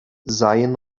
seien